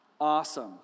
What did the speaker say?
awesome